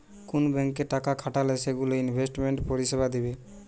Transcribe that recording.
কুন ব্যাংকে টাকা খাটালে সেগুলো ইনভেস্টমেন্ট পরিষেবা দিবে